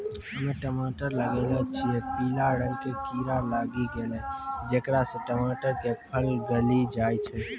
हम्मे टमाटर लगैलो छियै पीला रंग के कीड़ा लागी गैलै जेकरा से टमाटर के फल गली जाय छै?